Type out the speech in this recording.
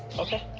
okay.